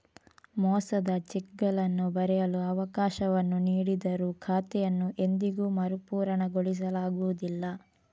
ಮೋಸದ ಚೆಕ್ಗಳನ್ನು ಬರೆಯಲು ಅವಕಾಶವನ್ನು ನೀಡಿದರೂ ಖಾತೆಯನ್ನು ಎಂದಿಗೂ ಮರುಪೂರಣಗೊಳಿಸಲಾಗುವುದಿಲ್ಲ